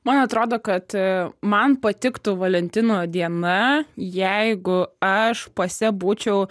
man atrodo kad man patiktų valentino diena jeigu aš pase būčiau